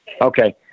Okay